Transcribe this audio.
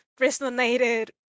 resonated